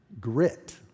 grit